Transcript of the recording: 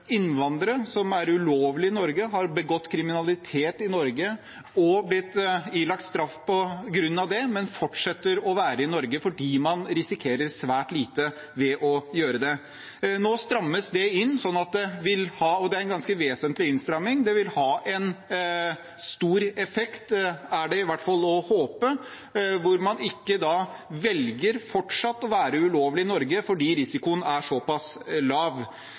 innvandrere som er ulovlig i Norge, har begått kriminalitet i Norge og blitt ilagt straff på grunn av det, men fortsetter å være i Norge fordi man risikerer svært lite med det. Nå strammes det inn – og det er en ganske vesentlig innstramning. Det vil ha en stor effekt, er det i hvert fall å håpe, slik at man ikke velger fortsatt å være ulovlig i Norge fordi risikoen er såpass lav.